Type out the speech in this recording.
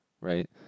right